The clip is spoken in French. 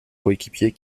coéquipier